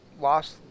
lost